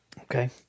Okay